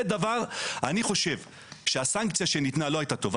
אני חושב שהסנקציה שניתנה לא הייתה טובה.